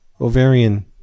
ovarian